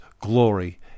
glory